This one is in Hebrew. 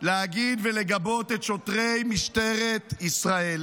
להגיד ולגבות את שוטרי משטרת ישראל,